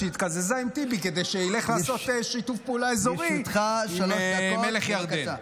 שהתקזזה עם טיבי כדי שילך לעשות שיתוף פעולה אזורי עם מלך ירדן.